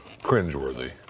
cringeworthy